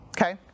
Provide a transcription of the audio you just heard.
Okay